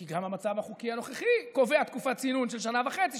כי גם המצב החוקי הנוכחי קובע תקופת צינון של שנה וחצי,